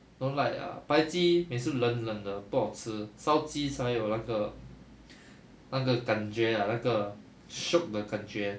don't like ah 白鸡每次冷冷的不好吃烧鸡才有那个那个感觉 ah 那个 shiok 的感觉